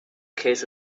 case